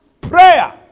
prayer